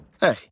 Hey